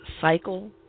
cycle